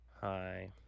hi